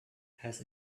has